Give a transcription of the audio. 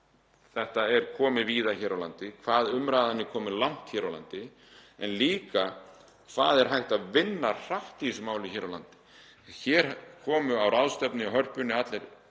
þetta er komið víða hér á landi og hvað umræðan er komin langt hér á landi en líka hvað er hægt að vinna hratt í þessu máli hér á landi. Hér komu á ráðstefnu í Hörpu allir